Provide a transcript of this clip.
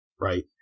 right